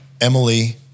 Emily